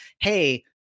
hey